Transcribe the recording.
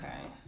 Okay